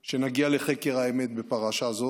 שנגיע לחקר האמת בפרשה זו